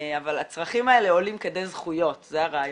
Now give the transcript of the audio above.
אבל הצרכים האלה עולים כדי זכויות, זה הרעיון.